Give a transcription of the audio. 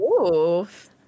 Oof